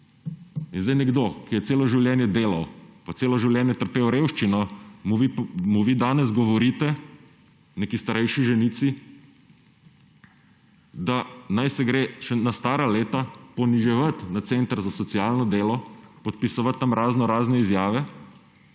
In zdaj nekomu, ki je celo življenje delal in celo življenje trpel revščino, vi danes govorite, neki starejši ženici, naj se gre na stara leta poniževat na center za socialno delo, podpisovat tja raznorazne izjave,